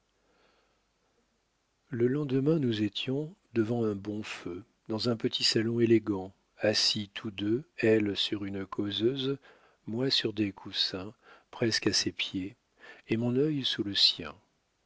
le lendemain nous étions devant un bon feu dans un petit salon élégant assis tous deux elle sur une causeuse moi sur des coussins presque à ses pieds et mon œil sous le sien